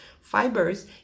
fibers